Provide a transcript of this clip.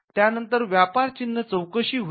त्यानंतर व्यापार चिन्ह चौकशी समिती होती